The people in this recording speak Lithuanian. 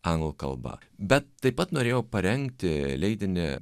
anglų kalba bet taip pat norėjau parengti leidinį